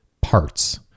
Parts